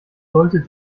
sollte